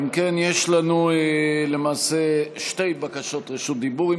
אם כן, יש לנו למעשה שתי בקשות רשות דיבור.